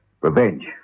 Revenge